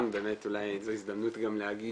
דבר ראשון אולי באמת זו הזדמנות גם להגיד